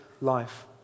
life